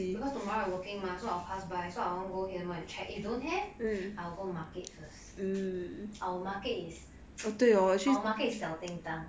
because tomorrow I working mah so our pass by so I want to go hill mall and check if don't have I will go market first our market is our market is 小叮当